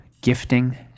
gifting